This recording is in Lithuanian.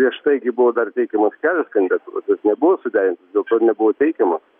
prieš tai gi buvo dar teikiamos kelios kandidatūros jos nebuvo suderintos dėl to ir nebuvo teikiamos